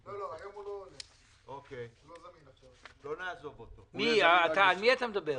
לכן אין שום סיבה שלא להאריך אותו ולייצר אחידות